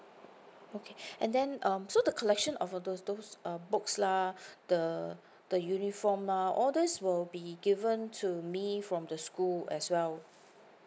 okay and then um so the collection of uh those those uh books lah the the uniform lah all this will be given to me from the school as well